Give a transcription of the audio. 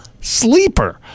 sleeper